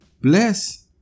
bless